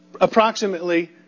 approximately